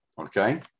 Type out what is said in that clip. okay